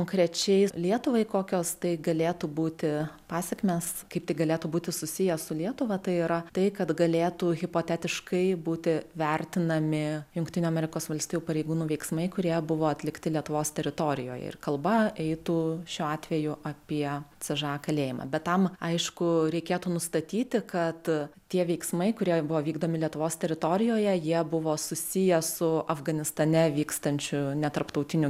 konkrečiai lietuvai kokios tai galėtų būti pasekmes kaip galėtų būti susiję su lietuva tai yra tai kad galėtų hipotetiškai būti vertinami jungtinių amerikos valstijų pareigūnų veiksmai kurie buvo atlikti lietuvos teritorijoje ir kalba eitų šiuo atveju apie sžv kalėjimą bet tam aišku reikėtų nustatyti kad tie veiksmai kurie buvo vykdomi lietuvos teritorijoje jie buvo susiję su afganistane vykstančiu netarptautiniu